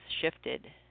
shifted